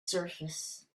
surface